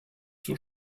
zur